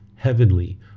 heavenly